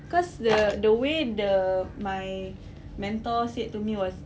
cause the the way the my mentor said to me was